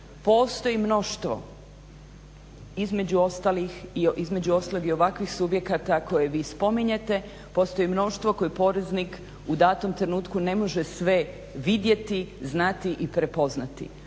postoji mnoštvo između ostalog i ovakvih subjekata koje vi spominjete, postoji mnoštvo koje poreznik u datom trenutku ne može sve vidjeti, znati i prepoznati.